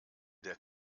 der